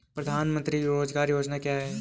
प्रधानमंत्री रोज़गार योजना क्या है?